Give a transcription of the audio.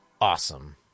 awesome